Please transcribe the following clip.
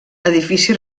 edifici